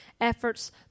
efforts